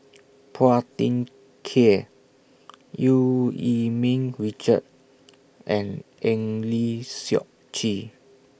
Phua Thin Kiay EU Yee Ming Richard and Eng Lee Seok Chee